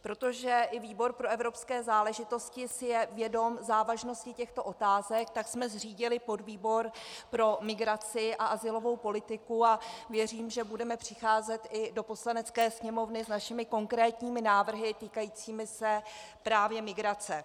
Protože i výbor pro evropské záležitosti si je vědom závažnosti těchto otázek, tak jsme zřídili podvýbor pro migraci a azylovou politiku a věřím, že budeme přicházet i do Poslanecké sněmovny s našimi konkrétními návrhy týkajícími se právě migrace.